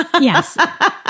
Yes